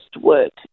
work